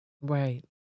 Right